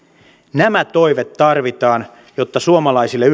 nämä toimet tarvitaan jotta suomalaisille